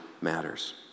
matters